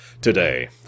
Today